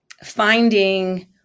finding